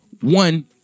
one